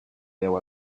veu